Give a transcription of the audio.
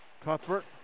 Cuthbert